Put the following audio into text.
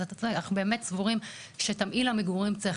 אז אנחנו באמת סבורים שתמהיל המגורים צריך